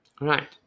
right